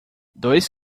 dois